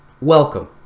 Welcome